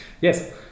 Yes